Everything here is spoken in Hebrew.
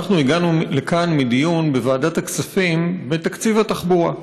אנחנו הגענו לכאן מדיון בוועדת הכספים על תקציב התחבורה,